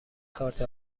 کارت